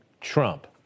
Trump